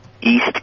East